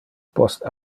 post